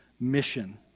mission